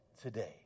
today